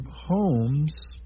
homes